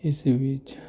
ਇਸ ਵਿੱਚ